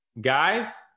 guys